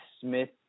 Smith